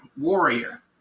Warrior